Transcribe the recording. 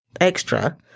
extra